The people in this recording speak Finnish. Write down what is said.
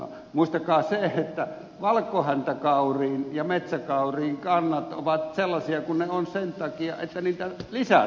muistakaa se että valkohäntäkauriin ja metsäkauriin kannat ovat sellaisia kuin ne ovat sen takia että niitä lisäruokitaan